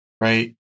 Right